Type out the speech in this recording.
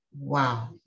wow